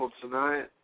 tonight